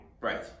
Right